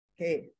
Okay